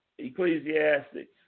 Ecclesiastics